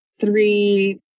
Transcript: three